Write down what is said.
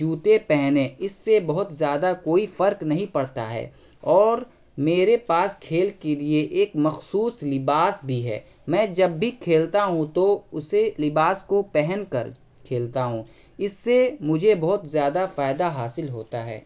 جوتے پہنیں اس سے بہت زیادہ کوئی فرق نہیں پڑتا ہے اور میرے پاس کھیل کے لیے ایک مخصوص لباس بھی ہے میں جب بھی کھیلتا ہوں تو اسی لباس کو پہن کر کھیلتا ہوں اس سے مجھے بہت زیادہ فائدہ حاصل ہوتا ہے